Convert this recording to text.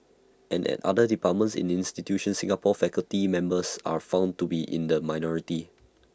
and at other departments and institutions Singaporean faculty members are found to be in the minority